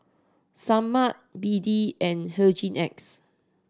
Sebamed B D and Hygin X